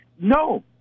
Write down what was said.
no